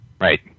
Right